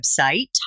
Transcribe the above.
website